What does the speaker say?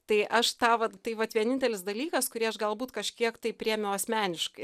tai aš tą vat tai vat vienintelis dalykas kurį aš galbūt kažkiek tai priėmiau asmeniškai